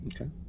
Okay